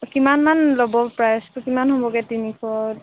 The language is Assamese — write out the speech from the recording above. কিমান মান ল'ব প্ৰাইচটো কিমান হ'বগৈ তিনিশত